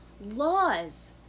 laws